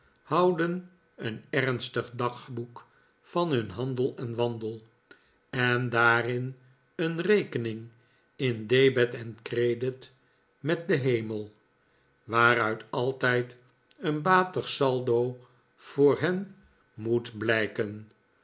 houden een ernstig dagboek van hun handel en wandel en daarin een rekening in debet en credit met den hemel waaruit altijd een batig saldo voor hen moet blijken